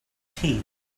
tea